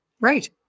right